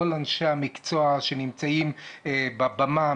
כל אנשי המקצוע שנמצאים בבמה,